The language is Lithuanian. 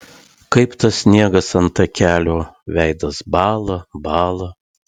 kaip tas sniegas ant takelio veidas bąla bąla